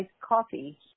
coffee